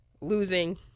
losing